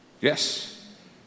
Yes